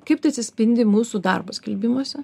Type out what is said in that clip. kaip tai atsispindi mūsų darbo skelbimuose